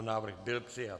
Návrh byl přijat.